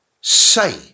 say